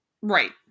Right